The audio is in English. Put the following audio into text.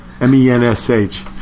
M-E-N-S-H